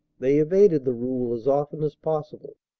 they evaded the rule as often as possible.